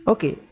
Okay